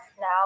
now